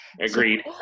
agreed